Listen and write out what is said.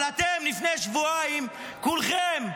אבל לפני שבועיים אתם כולכם,